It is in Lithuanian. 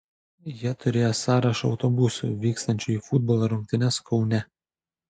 jie turėjo sąrašą autobusų vykstančių į futbolo rungtynes kaune